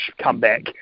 comeback